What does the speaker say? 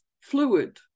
fluid